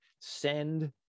Send